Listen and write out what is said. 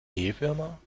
mehlwürmer